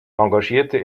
engagierte